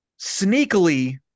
Sneakily